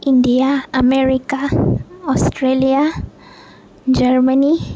India America Australia Germany